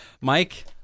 Mike